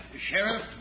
Sheriff